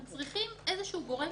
אנחנו צריכים איזה שהוא גורם